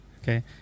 Okay